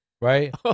right